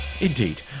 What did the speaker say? indeed